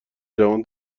جوان